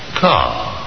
Car